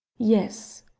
yes,